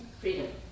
Freedom